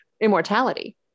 immortality